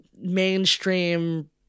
mainstream